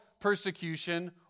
persecution